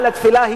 הקריאה לתפילה,